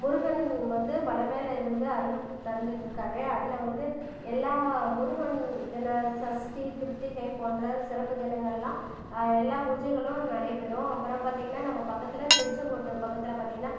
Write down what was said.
முருகன் வந்து மலை மேலே இருந்து அருள் தந்துட்டுருக்காரு அதில் வந்து எல்லா முருகன் தின சஷ்டி கிருத்திகை போன்ற சிறப்பு தினங்கள் எல்லாம் எல்லா பூஜைகளும் நடைபெறும் அப்புறம் பார்த்திங்கனா நம்ம பக்கத்தில் திருச்செங்கோட்டு பக்கத்தில் பார்த்திங்கனா